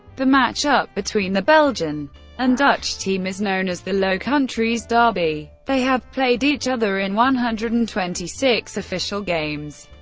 the matchup between the belgian and dutch team is known as the low countries derby they have played each other in one hundred and twenty six official games.